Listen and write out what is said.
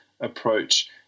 approach